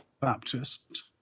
baptist